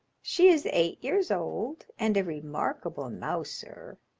she is eight years old, and a remarkable mouser.